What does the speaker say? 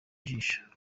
ijisho